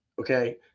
Okay